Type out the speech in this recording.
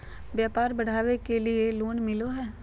व्यापार बढ़ावे के लिए लोन मिलो है?